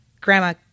grandma